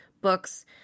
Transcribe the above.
books